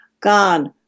God